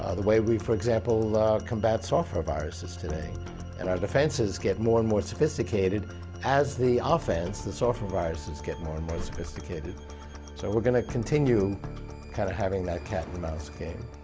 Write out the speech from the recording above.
ah the way we, for example combat software viruses today and our defenses get more and more sophisticated as the offense, the software viruses get more and more sophisticated so we're gonna continue kinda having that cat and mouse game